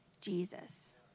Jesus